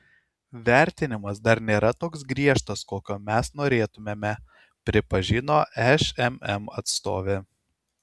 vertinimas dar nėra toks griežtas kokio mes norėtumėme pripažino šmm atstovė